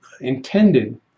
intended